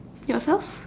yourself